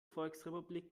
volksrepublik